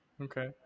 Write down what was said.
Okay